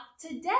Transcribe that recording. today